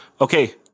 Okay